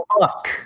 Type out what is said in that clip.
fuck